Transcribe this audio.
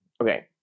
Okay